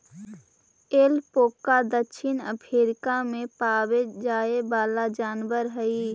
alpaca दक्षिण Africa में पावे जाए वाला जनावर हई